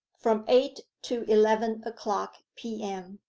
from eight to eleven o'clock p m.